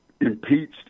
impeached